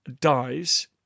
dies